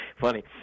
funny